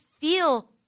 feel